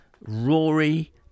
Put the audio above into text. Rory